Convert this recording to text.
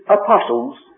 apostles